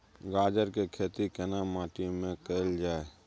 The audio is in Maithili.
गाजर के खेती केना माटी में कैल जाए?